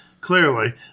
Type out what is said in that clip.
clearly